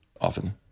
often